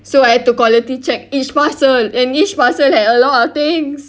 so I had to quality check each parcel and each parcel had a lot of things